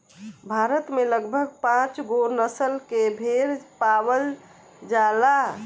भारत में लगभग पाँचगो नसल के भेड़ पावल जाला